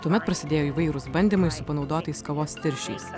tuomet prasidėjo įvairūs bandymai su panaudotais kavos tirščiais